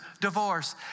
divorce